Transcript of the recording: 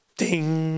ding